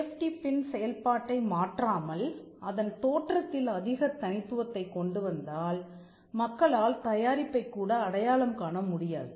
safety pin செயல்பாட்டை மாற்றாமல் அதன் தோற்றத்தில் அதிக தனித்துவத்தை கொண்டுவந்தால் மக்களால் தயாரிப்பைக் கூட அடையாளம் காண முடியாது